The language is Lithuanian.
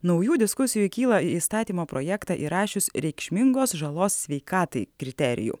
naujų diskusijų kyla į įstatymo projektą įrašius reikšmingos žalos sveikatai kriterijų